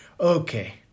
okay